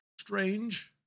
Strange